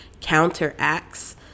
counteracts